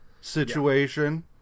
situation